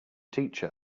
teacher